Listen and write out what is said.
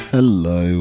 Hello